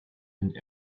and